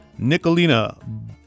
Nicolina